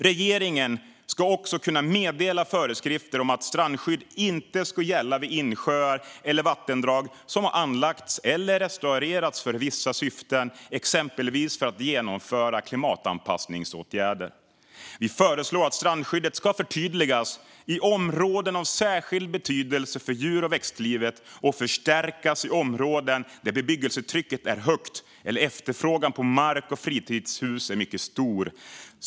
Regeringen ska också kunna meddela föreskrifter om att strandskydd inte ska gälla vid insjöar eller vattendrag som har anlagts eller restaurerats för vissa syften, exempelvis för att genomföra klimatanpassningsåtgärder. Vi föreslår att strandskyddet ska förtydligas i områden av särskild betydelse för djur och växtlivet och förstärkas i områden där bebyggelsetrycket är högt eller efterfrågan på mark för fritidshus är mycket stor.